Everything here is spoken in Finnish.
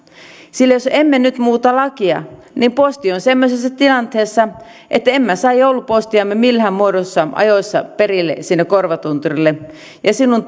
sillä jos emme nyt muuta lakia niin posti on semmoisessa tilanteessa että emme saa joulupostiamme missään muodossa ajoissa perille sinne korvatunturille ja silloin